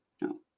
No